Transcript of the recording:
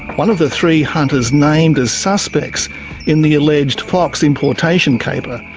one of the three hunters named as suspects in the alleged fox importation caper,